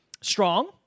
strong